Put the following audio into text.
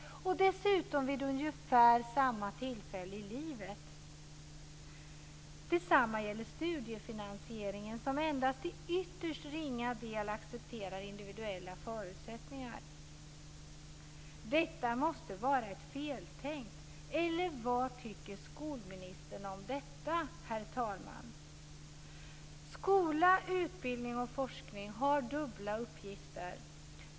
Dessutom skall det ske vid ungefär samma tillfälle i livet. Detsamma gäller studiefinansieringen, som endast i ytterst ringa del accepterar individuella förutsättningar. Detta måste vara feltänkt, eller vad tycker skolministern om detta, herr talman? Skola, utbildning och forskning har dubbla uppgifter.